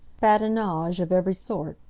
badinage of every sort.